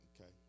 okay